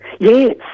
Yes